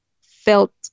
felt